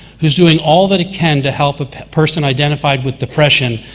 who's doing all that it can to help a person identified with depression,